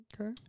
Okay